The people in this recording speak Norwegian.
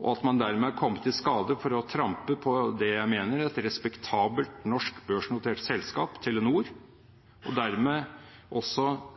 og at man dermed er kommet i skade for å trampe på det jeg mener er et respektabelt, norsk børsnotert selskap, Telenor, og dermed også